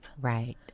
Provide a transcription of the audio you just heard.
Right